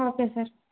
okay sir